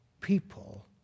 People